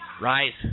Rise